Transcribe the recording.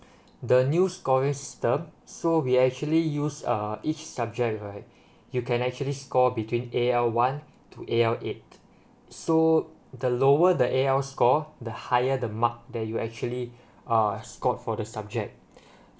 the new scoring system so we actually use uh each subject right you can actually score between A_L one to A_L eight so the lower the A_L score the higher the mark that you actually uh scored for the subject